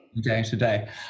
Day-to-day